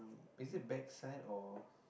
is it backside or